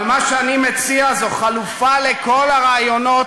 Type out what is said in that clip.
אבל מה שאני מציע זו חלופה לכל הרעיונות.